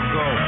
go